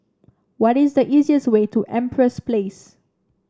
what is the easiest way to Empress Place